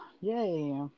yay